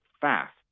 fast